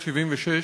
ולכן,